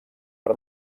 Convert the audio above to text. per